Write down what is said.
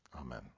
Amen